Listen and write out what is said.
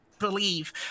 believe